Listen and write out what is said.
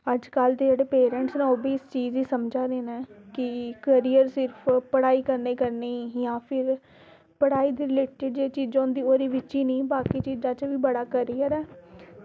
ते अजकल्ल दे जेह्ड़े पेरेंट्स न ओह्बी इस चीज़ गी समझा दे न की करियर सिर्फ पढ़ाई करने कन्नै जां सि्र्फ पढ़ाई दे रिलेटेड ओह्दे बिच ई नेईं बाकी चीज़ां च बी बड़ा करियर ऐ